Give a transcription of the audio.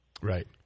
Right